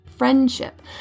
friendship